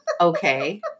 okay